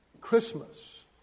Christmas